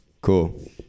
Cool